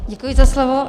Děkuji za slovo.